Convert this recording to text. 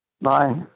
Bye